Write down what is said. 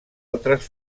altres